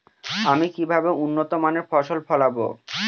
আমি কিভাবে উন্নত মানের ফসল ফলাবো?